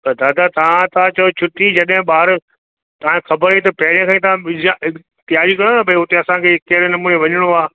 त दादा तव्हां था चओ छुटी जॾहिं ॿार तव्हांखे ख़बरु हुई त पहिरीं खां ई तव्हां विजा तियारी कयो न भई हुते असांखे कहिड़े नमूने वञिणो आहे